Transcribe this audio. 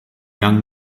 young